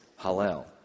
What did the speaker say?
Hallel